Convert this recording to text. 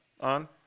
on